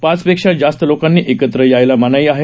पाचपेक्षा जास्त लोकांनी एकत्र यायला मनाई आहे